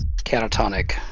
catatonic